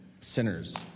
sinners